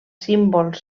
símbols